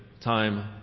time